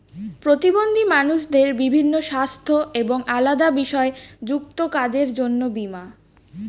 প্রতিবন্ধী মানুষদের বিভিন্ন সাস্থ্য এবং আলাদা বিষয় যুক্ত কাজের জন্য বীমা